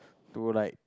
to like